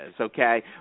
okay